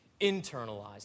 internalized